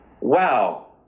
wow